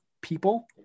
people